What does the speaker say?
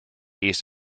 east